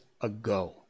ago